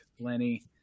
Lenny